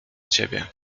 ciebie